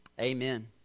Amen